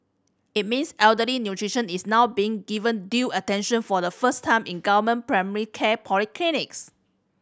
it means elderly nutrition is now being given due attention for the first time in government primary care polyclinics